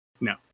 no